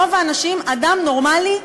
אדם נורמלי,